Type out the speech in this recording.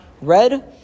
red